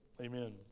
Amen